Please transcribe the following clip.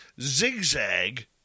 zigzag